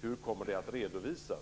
Hur kommer de att redovisas?